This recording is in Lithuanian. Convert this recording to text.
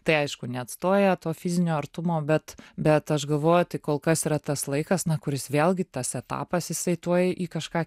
tai aišku neatstoja to fizinio artumo bet bet aš galvoju tai kol kas yra tas laikas kuris vėlgi tas etapas jisai tuoj į kažką